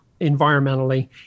environmentally